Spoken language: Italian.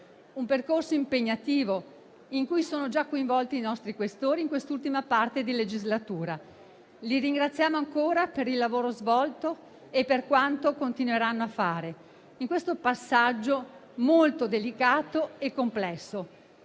un percorso impegnativo in cui sono già coinvolti i nostri Questori in quest'ultima parte di legislatura. Li ringraziamo ancora per il lavoro svolto e per quanto continueranno a fare in questo passaggio molto delicato e complesso.